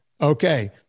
Okay